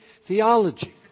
theology